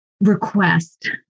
request